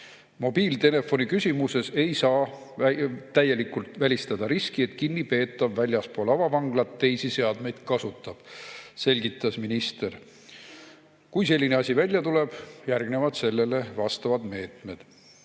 Mobiiltelefoni küsimuses ei saa täielikult välistada riski, et kinnipeetav väljaspool avavanglat teisi seadmeid kasutab, selgitas minister. Kui selline asi välja tuleb, järgnevad sellele vastavad meetmed.